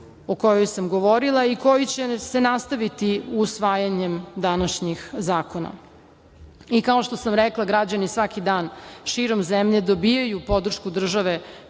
o kojoj sam govorila i koji će se nastaviti usvajanjem današnjih zakona. Kao što sam rekla građani svaki dan širom zemlje dobijaju podršku države